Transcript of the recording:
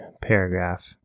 paragraph